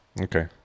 Okay